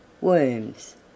worms